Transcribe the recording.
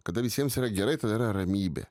kada visiems yra gerai tada yra ramybė